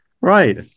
Right